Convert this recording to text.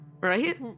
Right